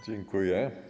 Dziękuję.